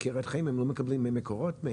הם לא מקבלים ממקורות?